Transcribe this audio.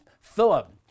Philip